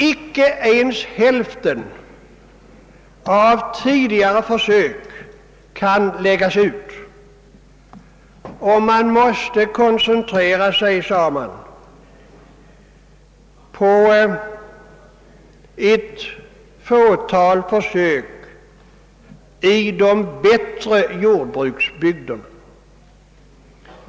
Icke ens hälften av tidigare försök kan läggas ut. Man sade att man måste koncentrera sig på ett fåtal försök i de bättre jordbruksbygderna.